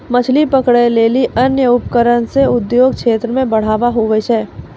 मछली पकड़ै लेली अन्य उपकरण से उद्योग क्षेत्र मे बढ़ावा हुवै छै